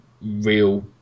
real